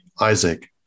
Isaac